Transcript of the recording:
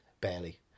Barely